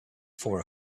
for